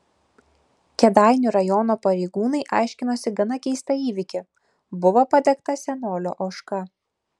kėdainių rajono pareigūnai aiškinosi gana keistą įvykį buvo padegta senolio ožka